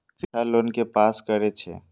शिक्षा लोन के पास करें छै?